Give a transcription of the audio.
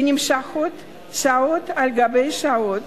שנמשכות שעות על גבי שעות